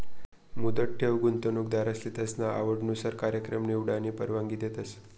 मुदत ठेव गुंतवणूकदारसले त्यासना आवडनुसार कार्यकाय निवडानी परवानगी देतस